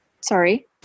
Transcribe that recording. Sorry